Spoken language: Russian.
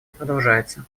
продолжается